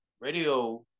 radio